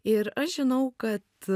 ir aš žinau kad